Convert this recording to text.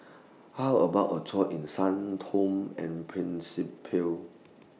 How about A Tour in Sao Tome and Principe